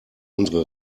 unsere